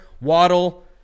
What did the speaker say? Waddle